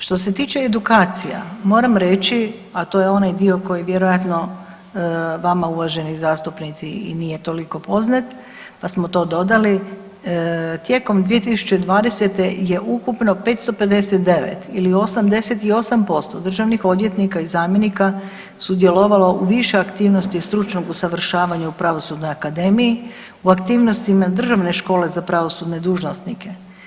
Što se tiče edukacija moram reći, a to je onaj dio koji vjerojatno vama uvaženi zastupnici i nije toliko poznat, pa smo to dodali, tijekom 2020. je ukupno 559 ili 88% državnih odvjetnika i zamjenika sudjelovalo u više aktivnosti stručnog usavršavanja u Pravosudnoj akademiji u aktivnostima Državne škole za pravosudne dužnosnike.